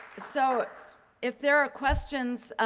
so if there are questions